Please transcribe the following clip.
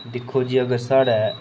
दिक्खो जी अगर साढ़ै